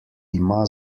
ima